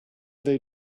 they